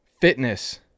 fitness